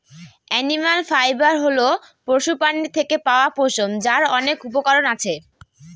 animal fibre হল পশুপ্রাণীর থেকে পাওয়া পশম, যার অনেক উপকরণ আছে